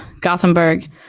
Gothenburg